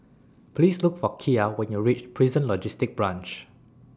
Please Look For Kiya when YOU REACH Prison Logistic Branch